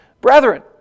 brethren